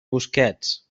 busquets